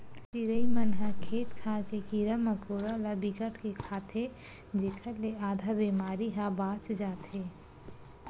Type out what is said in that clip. चिरई मन ह खेत खार के कीरा मकोरा ल बिकट के खाथे जेखर ले आधा बेमारी ह बाच जाथे